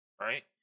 Right